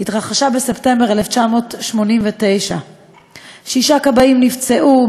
התרחשה בספטמבר 1989. שישה כבאים נפצעו,